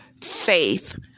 faith